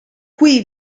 qui